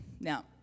Now